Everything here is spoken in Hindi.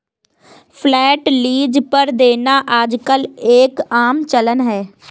फ्लैट लीज पर देना आजकल एक आम चलन है